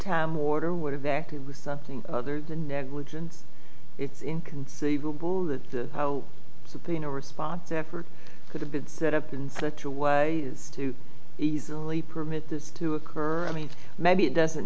time warner would have acted with something other than negligence it's inconceivable that the subpoena response effort could have been set up in such a way as to easily permit this to occur i mean maybe it doesn't